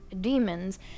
demons